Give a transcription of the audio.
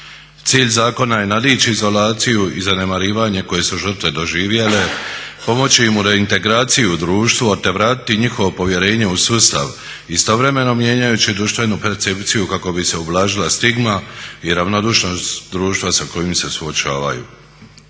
Cilj zakon je nadići izolaciju i zanemarivanje koje su žrtve doživjele, pomoći im u reintegraciji u društvo te vratiti njihovo povjerenje u sustav istovremeno mijenjajući društvenu percepciju kako bi se ublažila stigma i ravnodušnost društva sa kojim se suočavaju.